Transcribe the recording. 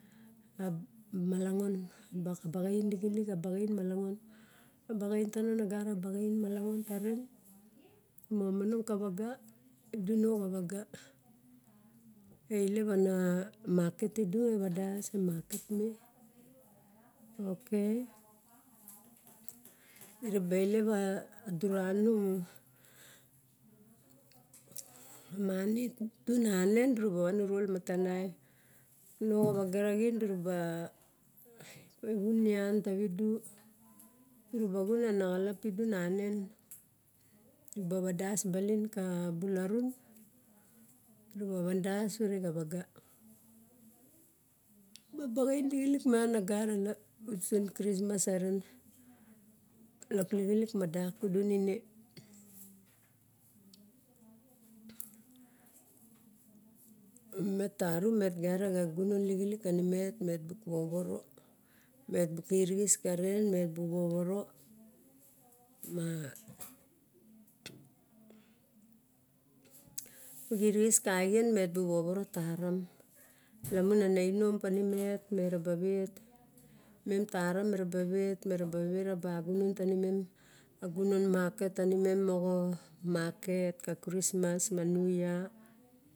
A malangong, a baxain lixilik a baxain malangong a baxain tano ne gara baxain malangong ta ren. Momonong ka vaga, ido nao xa vaga eilep ana market tidu, eva das e market me ok eraba ilep a dura nu mani tu nane dura ba van uro la namatanai. Nao xa vaga raxin dura ba xun nian tavidu, du ra ba xun ana xalapi du nanen. Dura ba vadas baling ka bung larun, du ra ba van das ure xa vaga. Ma baxain lixilik miang ne gara usen krismas a ren. Lak lixilik madak kudun ine. Mat tarum met gunan lixilik ka ni met woworo, me bung kirixis karen, me bu poworo, ma xirixis kaen mebu poworo taram. Lamun ana inom panimet mera ba vet, mem taram me raba vet mera vera na bagunon ta ni men a gunon market tanim moxo market ka krismas niu ya.